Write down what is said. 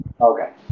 Okay